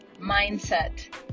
mindset